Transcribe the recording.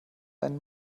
einen